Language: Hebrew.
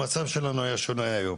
המצב שלנו היה שונה היום.